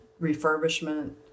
refurbishment